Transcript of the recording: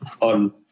on